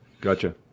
Gotcha